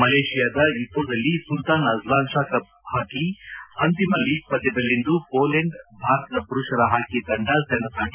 ಮಲೇಷ್ಯಾದ ಇಪೋದಲ್ಲಿ Sultan Azlan Shah cup hockey ಅಂತಿಮ league ಪಂದ್ಯದಲ್ಲಿಂದು ಪೋಲೆಂಡ್ ಭಾರತದ ಪುರುಷರ ಹಾಕಿ ತಂದ ಸೆಣಸಾಟ